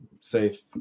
safe